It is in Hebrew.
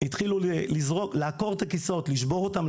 התחילו לעקור את הכיסאות, לשבור אותם.